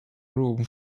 room